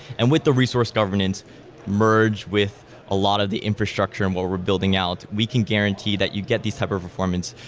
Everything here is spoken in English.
and with the resource governance merge with a lot of the infrastructure and what we're building out, we can guarantee that you get this type of performance.